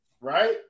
right